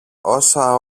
όσα